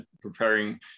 preparing